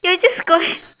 ya just go and